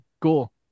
Cool